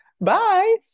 Bye